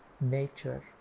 nature